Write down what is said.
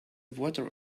water